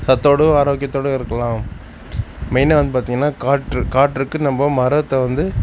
சத்தோடும் ஆரோக்கியத்தோடும் இருக்கலாம் மெயினாக வந்து பார்த்திங்கனா காற்று காற்றுக்கு நம்ம மரத்தை வந்து